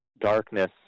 darkness